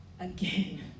again